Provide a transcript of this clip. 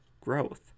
Growth